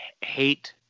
Hate